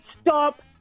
Stop